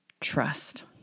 Trust